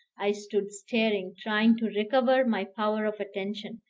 i stood staring, trying to recover my power of attention,